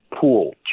pool